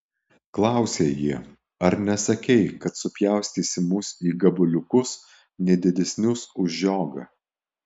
klausė jie ar nesakei kad supjaustysi mus į gabaliukus ne didesnius už žiogą